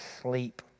sleep